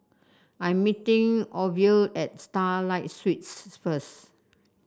I'm meeting Orvil at Starlight Suites first